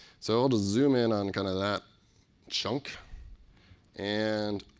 so, i'll just zoom in on kind of that chunk and